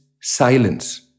silence